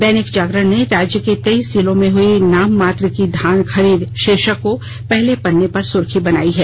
दैनिक जागरण ने राज्य के तेईस जिलों में हुई नाममात्र की धान खरीद भाीर्शक को पहले पन्ने की सुखी बनायी है